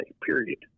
period